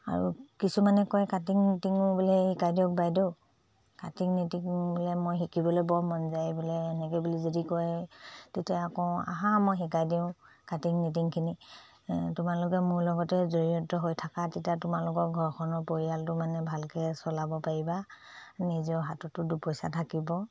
আৰু কিছুমানে কয় কাটিং নিটিঙো বোলে শিকাই দিয়ক বাইদেউ কাটিং নিটিং বোলে মই শিকিবলৈ বৰ মন যায় বোলে এনেকৈ বুলি যদি কয় তেতিয়া কওঁ আহা মই শিকাই দিওঁ কাটিং নিটিংখিনি তোমালোকে মোৰ লগতে জড়িত হৈ থাকা তেতিয়া তোমালোকৰ ঘৰখনৰ পৰিয়ালটো মানে ভালকৈ চলাব পাৰিবা নিজৰ হাততো দুপইচা থাকিব